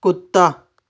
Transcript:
کتا